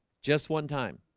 just one time